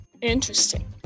Interesting